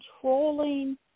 controlling